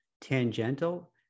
tangential